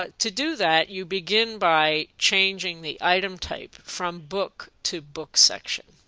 but to do that, you begin by changing the item type from book to book section.